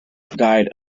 died